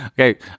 Okay